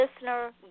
listener